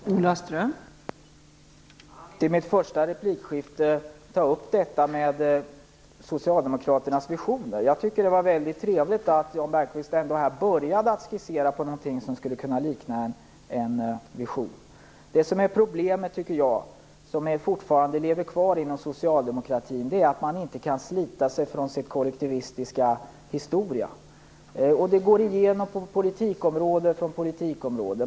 Fru talman! Jag hann inte i min första replik ta upp detta med Socialdemokraternas visioner. Det var väldigt trevligt att Jan Bergqvist ändå började att skissera någonting som skulle kunna likna en vision. Problemet, som fortfarande lever kvar inom socialdemokratin, är att man inte kan slita sig från sin kollektivistiska historia. Detta går igenom på politikområde efter politikområde.